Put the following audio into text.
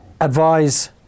advise